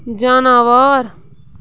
جاناوار